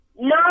No